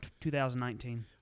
2019